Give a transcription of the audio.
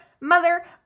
mother